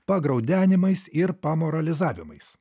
pagraudenimais ir pamoralizavimas